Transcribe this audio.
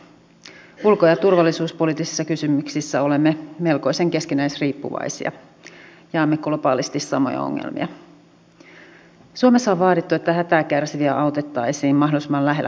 pieni yritys jossa on yksi työpaikka yksi vieras työntekijä tai sellainen yritys jolla on sata vierasta työntekijää ovat aivan erilaisessa asemassa